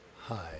Hi